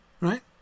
right